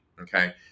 okay